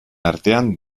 artean